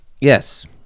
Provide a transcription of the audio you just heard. Yes